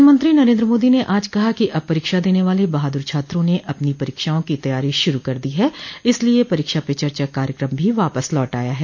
प्रधानमंत्री नरेन्द्र मोदी ने आज कहा कि अब परीक्षा देने वाले बहादुर छात्रों ने अपनी परीक्षाओं की तैयारी शुरू कर दी है इसलिए परीक्षा पे चर्चा कार्यक्रम भी वापस लौट आया है